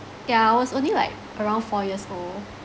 yeah I was only like around four years old